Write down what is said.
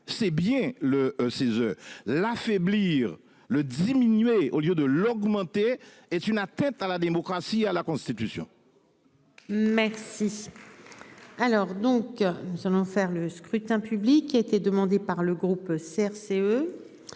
c'est bien le 16 l'affaiblir le diminuer au lieu de l'augmenter est une atteinte à la démocratie à la Constitution. Mais si. Alors donc nous allons faire le scrutin public. Il a été demandé par le groupe CRCE.